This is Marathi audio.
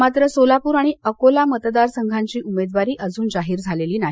मात्र सोलापूर आणि अकोला मतदार संघाची उमेदवारी अजून जाहीर झालेली नाही